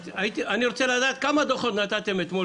אני רוצה לדעת כמה דוחות נתתם אתמול